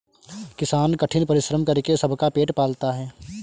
किसान कठिन परिश्रम करके सबका पेट पालता है